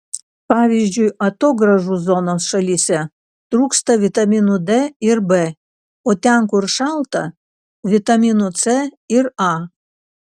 pavyzdžiui atogrąžų zonos šalyse trūksta vitaminų d ir b o ten kur šalta vitaminų c ir a